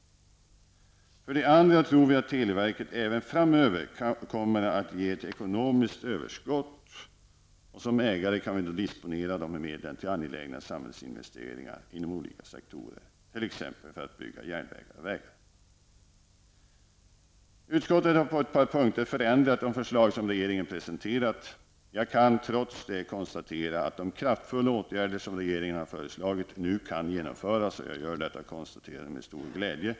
För det andra tror vi att televerket även framöver kommer att ge ett ekonomiskt överskott. Som ägare kan vi då disponera dessa medel till angelägna samhällsinvesteringar inom olika sektorer, t.ex. för att bygga järnvägar och vägar. Utskottet har på ett par punkter förändrat de förslag som regeringen har presenterat. Jag kan trots det konstatera att de kraftfulla åtgärder som regeringen föreslagit nu kan genomföras. Jag gör detta konstaterande med stor glädje.